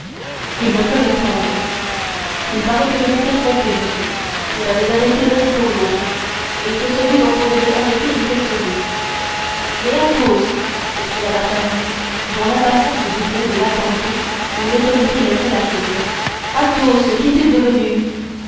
il me ferait pendre il paraît que je m'étais trompé monsieur que j'avais arrêté l'un pour l'autre et que celui qu'on devait arrêter était sauvé mais athos s'écria d'artagnan dont l'impatience se doublait de l'abandon où l'autorité laissait la chose athos qu'est-il devenu